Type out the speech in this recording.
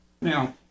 Now